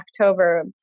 october